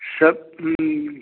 सब